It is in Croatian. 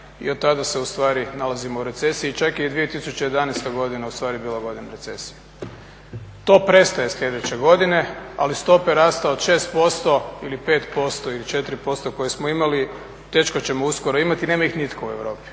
od tada se ustvari nalazimo u recesiji, čak je i 2011.godina bila godina recesije. To prestaje sljedeće godine ali stope rasta od 6% ili 5% ili 4% koje smo imali teško ćemo uskoro imati i nema ih nitko u Europi.